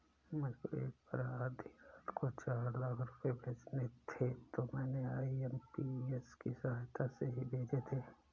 मुझको एक बार आधी रात को चार लाख रुपए भेजने थे तो मैंने आई.एम.पी.एस की सहायता से ही भेजे थे